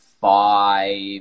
five